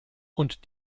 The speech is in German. und